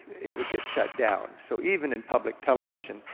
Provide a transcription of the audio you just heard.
it would get shut down. so even in public television,